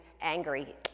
angry